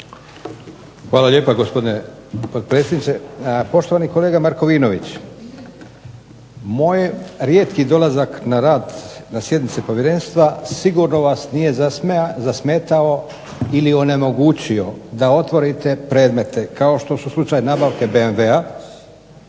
Hvala lijepa gospodine potpredsjedniče. Poštovani kolega Markovinović, moj rijetki dolazak na rad na sjednice povjerenstva sigurno vas nije zasmetao ili onemogućio da otvorite predmete, kao što su slučaj nabavke BMW-a,